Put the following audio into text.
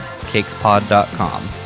cakespod.com